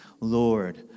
Lord